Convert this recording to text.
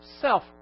self